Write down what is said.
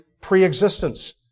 pre-existence